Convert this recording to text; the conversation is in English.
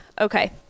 Okay